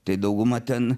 tai dauguma ten